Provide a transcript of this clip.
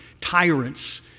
Tyrants